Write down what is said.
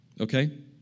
Okay